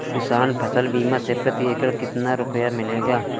किसान फसल बीमा से प्रति एकड़ कितना रुपया मिलेगा?